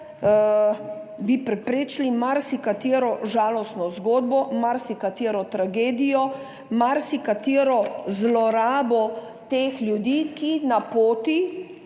bi preprečili marsikatero žalostno zgodbo, marsikatero tragedijo, marsikatero zlorabo teh ljudi, ki na poti